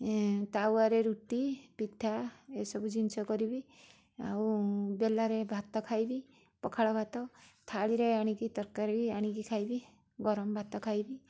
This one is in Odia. ଏଁ ତାୱାରେ ରୁଟି ପିଠା ଏ ସବୁ ଜିନିଷ କରିବି ଆଉ ବେଲାରେ ଭାତ ଖାଇବି ପଖାଳ ଭାତ ଥାଳିରେ ଆଣିକି ତରକାରୀ ଆଣିକି ଖାଇବି ଗରମ ଭାତ ଖାଇବି